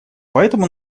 поэтому